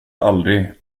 aldrig